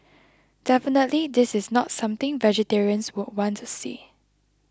definitely this is not something vegetarians would want to see